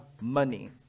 money